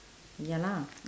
ya lah